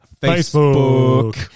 Facebook